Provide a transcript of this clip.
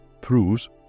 proves